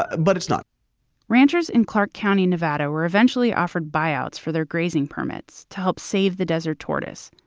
ah but it's not ranchers in clark county, nevada were eventually offered buyouts for their grazing permits to help save the desert tortoise.